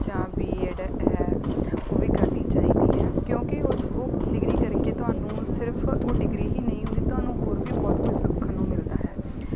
ਜਾਂ B Ed ਹੈ ਉਹ ਵੀ ਕਰਨੀ ਚਾਹੀਦੀ ਹੈ ਕਿਉਂਕਿ ਉਹ ਉਹ ਡਿਗਰੀ ਕਰਕੇ ਤੁਹਾਨੂੰ ਸਿਰਫ ਉਹ ਡਿਗਰੀ ਹੀ ਨਹੀਂ ਹੁੰਦੀ ਤੁਹਾਨੂੰ ਹੋਰ ਵੀ ਬਹੁਤ ਕੁਝ ਸਿੱਖਣ ਨੂੰ ਮਿਲਦਾ ਹੈ